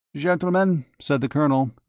gentlemen, said the colonel,